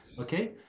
okay